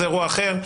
זה אירוע אחר,